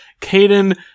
Caden